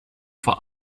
vor